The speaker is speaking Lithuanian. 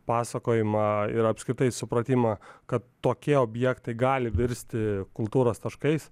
pasakojimą ir apskritai supratimą kad tokie objektai gali virsti kultūros taškais